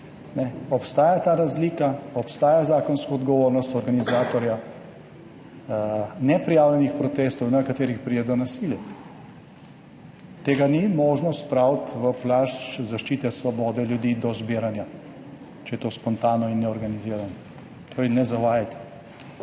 obstaja ta razlika, obstaja zakonska odgovornost organizatorja neprijavljenih protestov, na katerih pride do nasilja. Tega ni možno spraviti v plašč zaščite svobode ljudi do zbiranja, če je to spontano in neorganizirano. Torej ne zavajajte.